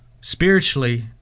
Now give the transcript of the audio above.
spiritually